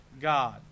God